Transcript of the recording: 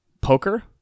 Poker